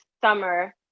summer